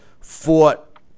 fought